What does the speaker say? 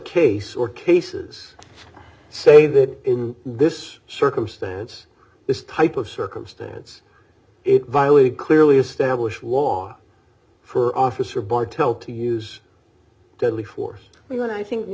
case or cases say that in this circumstance this type of circumstance it violated clearly established law for officer battell to use deadly force when i think new